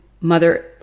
mother